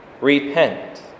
Repent